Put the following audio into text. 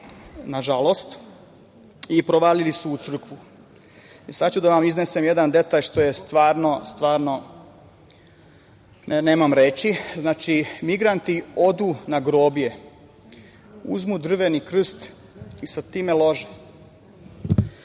nažalost, i provalili su u crkvu. Sada ću da vam iznesem jedan detalj što je stvarno, stvarno, nemam reči. Migranti odu na groblje, uzmu drveni krst i sa time lože.